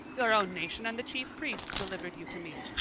your own nation and the chief priests delivered you to me.